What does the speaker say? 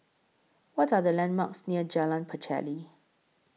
What Are The landmarks near Jalan Pacheli